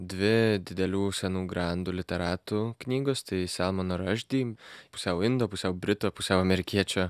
dvi didelių senų grandų literatų knygos tai salmano raždi pusiau indo pusiau brito pusiau amerikiečio